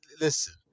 listen